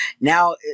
now